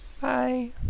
Bye